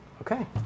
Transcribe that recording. okay